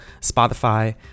Spotify